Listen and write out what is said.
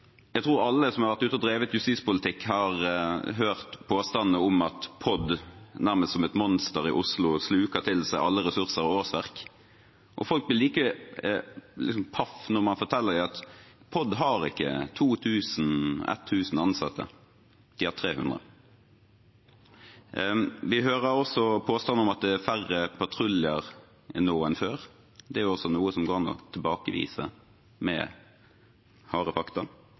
Jeg tror alle som har drevet justispolitikk, har hørt påstandene om at POD nærmest som et monster i Oslo sluker i seg alle ressurser og årsverk. Folk blir like paffe når man forteller dem at POD ikke har 1 000–2 000 ansatte, de har 300. Vi hører også påstander om at det er færre patruljer nå enn før. Det er også noe som det går an å tilbakevise med harde fakta.